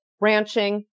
ranching